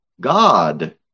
God